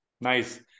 Nice